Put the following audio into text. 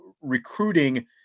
recruiting